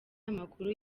amakuru